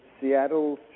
Seattle